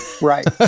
Right